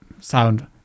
sound